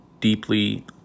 deeply